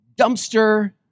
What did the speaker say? dumpster